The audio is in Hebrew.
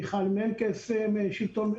מיכל מנקס משלטון מקומי,